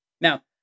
Now